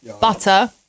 butter